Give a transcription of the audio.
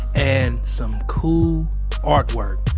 and some cool artwork.